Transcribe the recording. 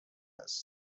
هست